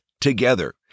together